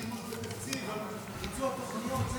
שימוש בתקציב וביצוע תוכניות.